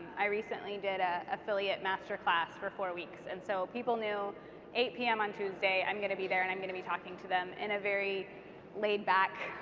i recently did an ah affiliate master class for four weeks. and so people knew eight p m. on tuesday i'm going to be there and i'm going to be talking to them in a very laid back,